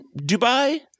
Dubai